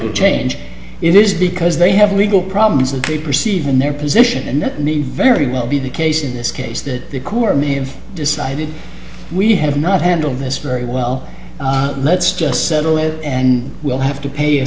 of change it is because they have legal problems and they perceive in their position and that need very well be case in this case that the corps may have decided we have not handled this very well let's just settle it and we'll have to pay a